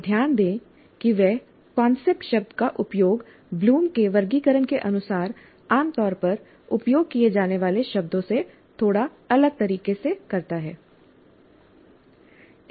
और ध्यान दें कि वह कांसेप्ट शब्द का उपयोग ब्लूम के वर्गीकरण के अनुसार आम तौर पर उपयोग किए जाने वाले शब्दों से थोड़ा अलग तरीके से करता है